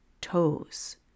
toes